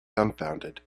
dumbfounded